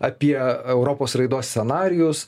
apie europos raidos scenarijus